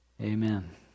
Amen